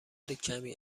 کمی